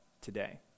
today